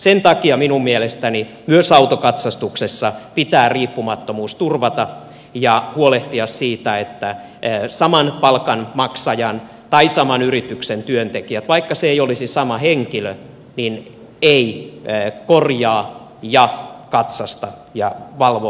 sen takia minun mielestäni myös autokatsastuksessa pitää riippumattomuus turvata ja huolehtia siitä että saman palkanmaksajan tai saman yrityksen työntekijä vaikka se ei olisi sama henkilö ei korjaa ja katsasta ja valvo omaa työtään